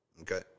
Okay